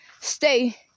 stay